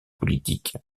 politique